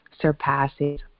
surpasses